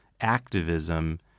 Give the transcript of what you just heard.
activism